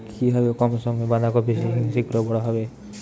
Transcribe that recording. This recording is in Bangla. কিভাবে কম সময়ে বাঁধাকপি শিঘ্র বড় হবে?